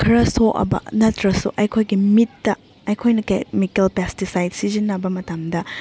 ꯈꯔ ꯁꯣꯛꯑꯕ ꯅꯠꯇ꯭ꯔꯁꯨ ꯑꯩꯈꯣꯏꯒꯤ ꯃꯤꯠꯇ ꯑꯩꯈꯣꯏꯅ ꯀꯦꯃꯤꯀꯦꯜ ꯄꯦꯁꯇꯤꯁꯥꯏꯠ ꯁꯤꯖꯤꯟꯅꯕ ꯃꯇꯝꯗ